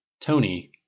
Tony